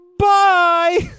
Bye